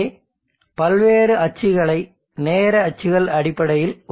எனவே பல்வேறு அச்சுகளை நேர அச்சுகள் அடிப்படையில்